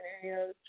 scenarios